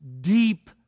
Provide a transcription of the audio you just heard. deep